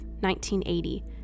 1980